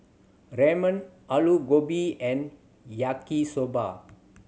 Ramen Alu Gobi and Yaki Soba